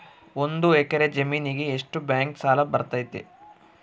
ಒಂದು ಎಕರೆ ಜಮೇನಿಗೆ ಎಷ್ಟು ಬ್ಯಾಂಕ್ ಸಾಲ ಬರ್ತೈತೆ?